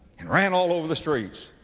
and ran all over the streets.